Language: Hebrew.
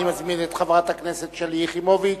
אני מזמין את חברת הכנסת שלי יחימוביץ.